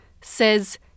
says